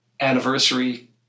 anniversary